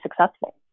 successful